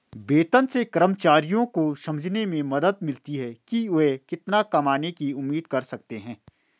वेतन से कर्मचारियों को समझने में मदद मिलती है कि वे कितना कमाने की उम्मीद कर सकते हैं